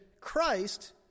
Christ